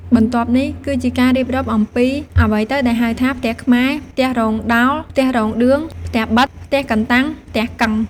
បន្ទាប់នេះគឺជាការរៀបរាប់អំពី អ្វីទៅដែលហៅថាផ្ទះខ្មែរ, ផ្ទះរោងដោល, ផ្ទះរោងឌឿង, ផ្ទះប៉ិត, ផ្ទះកន្តាំង, ផ្ទះកឹង។